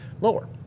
Lower